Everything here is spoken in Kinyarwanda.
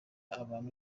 abantu